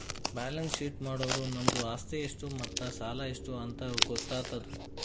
balance sheet ಮಾಡುರ್ ನಮ್ದು ಆಸ್ತಿ ಎಷ್ಟ್ ಮತ್ತ ಸಾಲ ಎಷ್ಟ್ ಅಂತ್ ಗೊತ್ತಾತುದ್